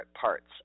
parts